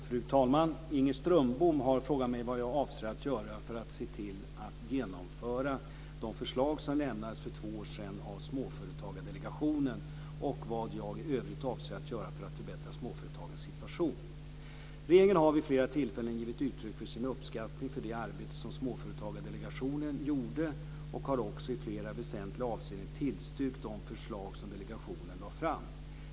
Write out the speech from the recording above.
Fru talman! Inger Strömbom har frågat mig vad jag avser att göra för att se till att genomföra de förslag som lämnades för två år sedan av Småföretagsdelegationen och vad jag i övrigt avser att göra för att förbättra småföretagarnas situation. Regeringen har vid flera tillfällen givit uttryck för sin uppskattning för det arbete som Småföretagsdelegationen gjorde och har också i flera väsentliga avseenden tillstyrkt de förslag som delegationen lade fram.